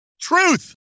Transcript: Truth